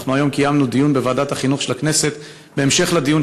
אנחנו קיימנו היום דיון בוועדת החינוך של הכנסת בהמשך לדיון